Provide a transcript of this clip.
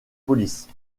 polices